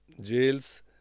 jails